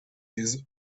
his